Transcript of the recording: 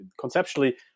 conceptually